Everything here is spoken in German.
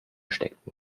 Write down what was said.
steckten